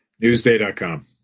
Newsday.com